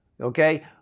okay